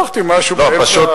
לקחתי משהו באמצע.